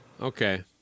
Okay